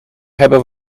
hebben